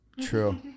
True